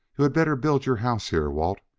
you had better build your house here, walt.